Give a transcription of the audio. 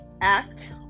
act